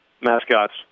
mascots